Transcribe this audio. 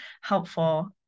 helpful